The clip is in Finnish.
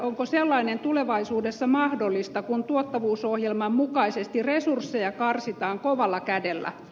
onko sellainen tulevaisuudessa mahdollista kun tuottavuusohjelman mukaisesti resursseja karsitaan kovalla kädellä